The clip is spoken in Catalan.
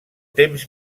temps